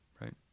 right